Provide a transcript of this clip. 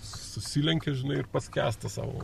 susilenkia žinai ir paskęsta savo